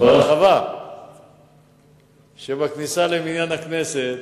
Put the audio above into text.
ברחבת הכניסה לבניין הכנסת,